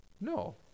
No